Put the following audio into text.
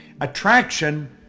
attraction